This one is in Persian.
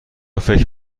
فکر